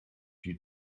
die